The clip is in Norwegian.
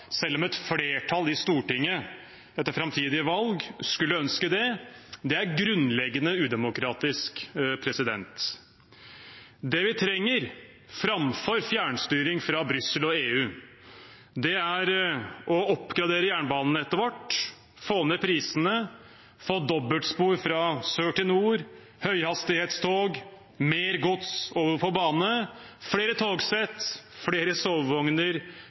selv om et flertall i Stortinget etter framtidige valg skulle ønske det. Det er grunnleggende udemokratisk. Det vi trenger, framfor fjernstyring fra Brussel og EU, er å oppgradere jernbanenettet vårt, få ned prisene, få dobbeltspor fra sør til nord, høyhastighetstog, mer gods over på bane, flere togsett, flere